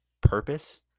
purpose